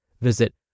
Visit